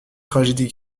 tragédie